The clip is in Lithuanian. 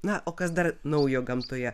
na o kas dar naujo gamtoje